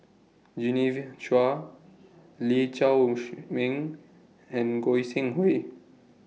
Genevieve Chua Lee Shao Meng and Goi Seng Hui